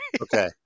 Okay